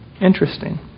Interesting